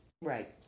Right